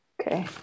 okay